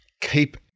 keep